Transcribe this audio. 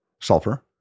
sulfur